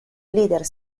leader